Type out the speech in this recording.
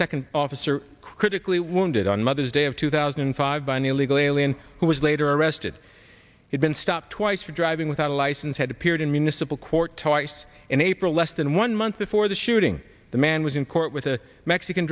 second officer critically wounded on mother's day of two thousand and five by an illegal alien who was later arrested he'd been stopped twice for driving without a license had appeared in municipal court twice in april less than one month before the shooting the man was in court with a mexican